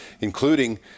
including